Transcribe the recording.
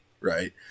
right